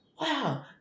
wow